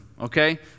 Okay